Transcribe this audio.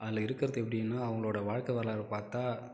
அதில் இருக்கிறது எப்படின்னா அவங்களோட வாழ்க்கை வரலாறு பார்த்தா